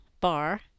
bar